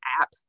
app